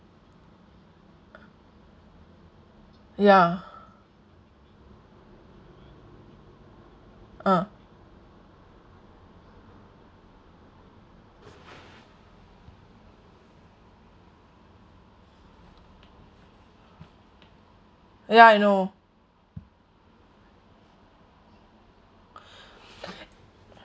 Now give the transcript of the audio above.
ya uh ya I know